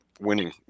winning